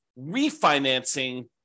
refinancing